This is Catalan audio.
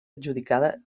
adjudicada